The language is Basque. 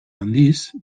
handiz